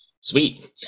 Sweet